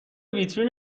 ویترین